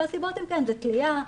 והסיבות הן תליה,